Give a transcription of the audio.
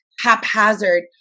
haphazard